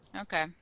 Okay